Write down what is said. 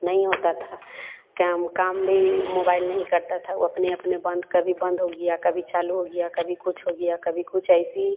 नहीं होता था कैम काम भी मोबाइल नहीं करता था वह अपने अपने बंद कभी बंद हो गया कभी चालू हो गया कभी कुछ हो गया कभी कुछ ऐसे